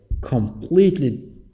completely